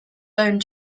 bone